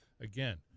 again